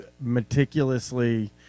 meticulously